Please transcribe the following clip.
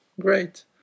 Great